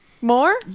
more